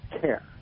care